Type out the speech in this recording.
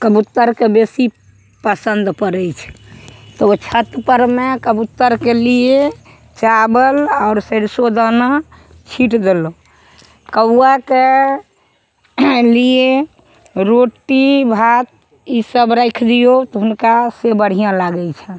कबुत्तरके बेसी पसन्द पड़ै छै तऽ ओ छत परमे कबुत्तरके लिए चावल आओर सरिसो दाना छीटि देलहुॅं कौआके लिए रोटी भात ई सब राखि दिऔ तऽ हुनका से बढ़िऑं लागै छनि